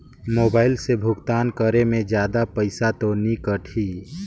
Mobile से भुगतान करे मे जादा पईसा तो नि कटही?